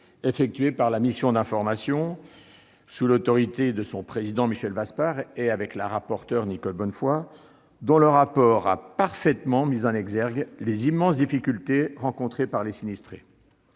effectué par la mission d'information sous l'autorité de son président, Michel Vaspart, et de sa rapporteure, Nicole Bonnefoy, dont le rapport a parfaitement mis en exergue les immenses difficultés rencontrées par les sinistrés.